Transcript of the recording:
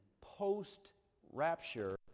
post-rapture